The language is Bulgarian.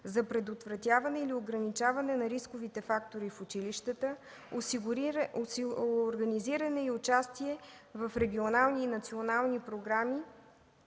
за предотвратяване и ограничаване на рисковите фактори в училищата – организиране на участие в регионални и национални програми,